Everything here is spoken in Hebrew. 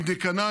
אם ניכנע,